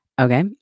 okay